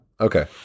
okay